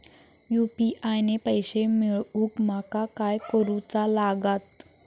UPI ने पैशे मिळवूक माका काय करूचा लागात?